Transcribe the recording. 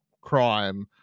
crime